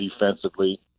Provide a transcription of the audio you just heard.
defensively